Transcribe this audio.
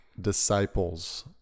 disciples